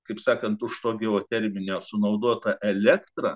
kaip sakant už to geoterminio sunaudotą elektrą